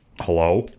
Hello